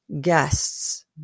guests